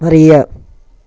அறிய